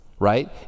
right